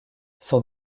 son